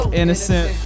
innocent